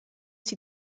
die